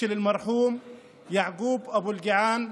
של המנוח יעקוב אבו אלקיעאן,